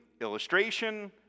illustration